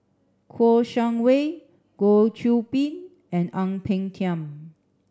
Kouo Shang Wei Goh Qiu Bin and Ang Peng Tiam